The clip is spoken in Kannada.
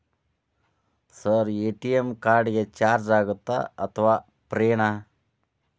ಸರ್ ಎ.ಟಿ.ಎಂ ಕಾರ್ಡ್ ಗೆ ಚಾರ್ಜು ಆಗುತ್ತಾ ಅಥವಾ ಫ್ರೇ ನಾ?